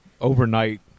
overnight